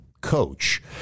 coach